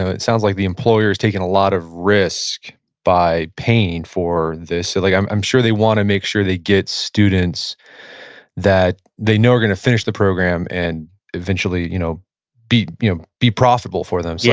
it sounds like the employer is taking a lot of risk by paying for this. like i'm i'm sure they want to make sure they get students that they know are going to finish the program and eventually you know be you know be profitable for them. so